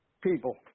people